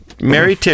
Mary